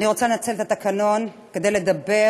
אני רוצה לנצל את התקנון כדי לדבר